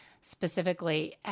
specifically